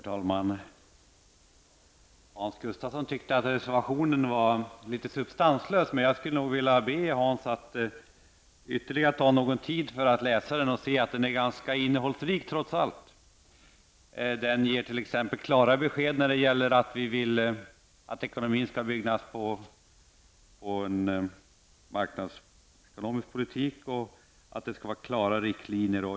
Herr talman! Hans Gustafsson tyckte att reservationen var litet substanslös. Jag skulle vilja be Hans Gustafsson att ta sig ytterligare tid att läsa reservationen. Då kan han se att den trots allt är ganska innehållsrik. Den ger t.ex. klara besked när det gäller att vi vill att ekonomin skall byggas på en marknadsekonomisk politik och att det skall finnas klara riktlinjer.